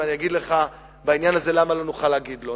ואני אגיד לך בעניין הזה למה לא נוכל להגיד "לא".